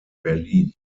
berlin